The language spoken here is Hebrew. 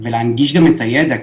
ולהנגיש גם את הידע,